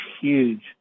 huge